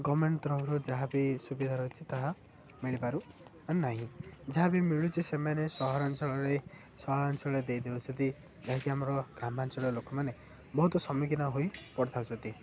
government ତରଫରୁ ଯାହା ବିି ସୁବିଧା ରହିଛି ତାହା ମିଳିପାରୁ ନାହିଁ ଯାହା ବିି ମିଳୁଛି ସେମାନେ ସହରାଞ୍ଚଳରେ ସହରାଞ୍ଚଳରେ ଦେଇଦଉଛନ୍ତି ଯାହାକି ଆମର ଗ୍ରାମାଞ୍ଚଳ ଲୋକମାନେ ବହୁତ ସମ୍ମୁଖୀନ ହୋଇ ପଡ଼ିଥାଉଛନ୍ତି